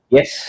Yes